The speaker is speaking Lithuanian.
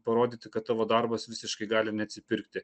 parodyti kad tavo darbas visiškai gali neatsipirkti